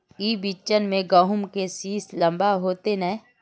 ई बिचन में गहुम के सीस लम्बा होते नय?